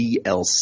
DLC